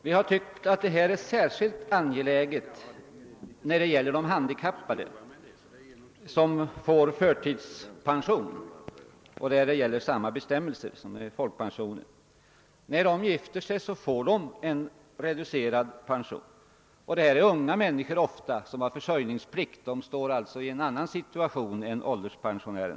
Vi har tyckt att detta är särskilt angeläget när det gäller handikappade som får förtidspension — för dem gäller samma bestämmelser som för folkpensionärer. När de gifter sig får de reducerad pension. De är ofta unga människor, som har försörjningsplikt, och de står alltså i en annan situation än ålderspensionärer.